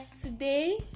today